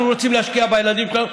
אנחנו רוצים להשקיע בילדים שלנו.